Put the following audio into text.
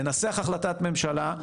לנסח החלטת ממשלה,